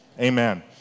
amen